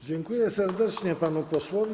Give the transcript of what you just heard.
Dziękuję serdecznie panu posłowi.